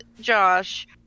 Josh